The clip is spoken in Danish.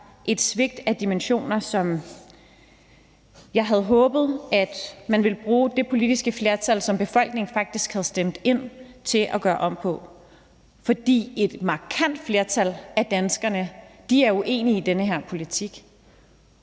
et svigt af dimensioner. Jeg havde håbet, at man ville bruge det politiske flertal, som befolkningen faktisk har stemt ind, til at lave om på det. For et markant flertal af danskerne er uenige i den her politik.